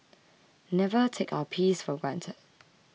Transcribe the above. never take our peace for granted